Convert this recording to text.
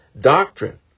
doctrine